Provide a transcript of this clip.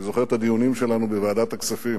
אני זוכר את הדיונים שלנו בוועדת הכספים